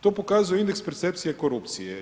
To pokazuje indeks percepcije korupcije.